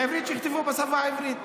ובעברית שיכתבו בשפה העברית.